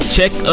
Check